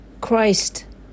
Christ